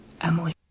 Emily